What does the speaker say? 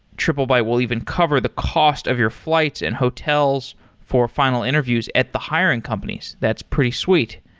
triplebyte will even cover the cost of your flights and hotels for final interviews at the hiring companies. that's pretty sweet.